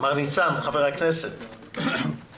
חבר הכנסת ניצן הורוביץ, בבקשה.